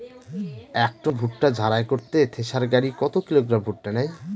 এক টন ভুট্টা ঝাড়াই করতে থেসার গাড়ী কত কিলোগ্রাম ভুট্টা নেয়?